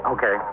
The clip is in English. Okay